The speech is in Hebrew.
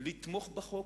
לתמוך בחוק,